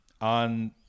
on